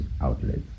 outlets